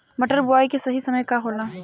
मटर बुआई के सही समय का होला?